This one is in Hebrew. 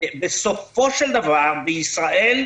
שבסופו של דבר בישראל,